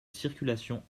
circulation